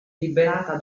liberata